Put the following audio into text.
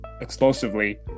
explosively